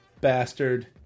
bastard